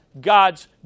God's